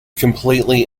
completely